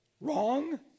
Wrong